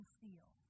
feel